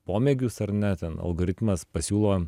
pomėgius ar ne ten algoritmas pasiūlo